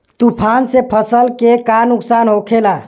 तूफान से फसल के का नुकसान हो खेला?